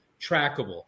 trackable